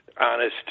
honest